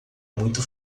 muito